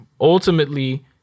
Ultimately